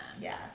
yes